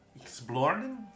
exploring